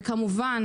וכמובן